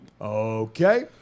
Okay